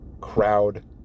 crowd